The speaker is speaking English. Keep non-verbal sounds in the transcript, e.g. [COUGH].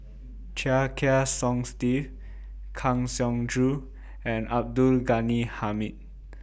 Chia Kiah Song Steve Kang Siong Joo and Abdul Ghani Hamid [NOISE]